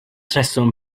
rheswm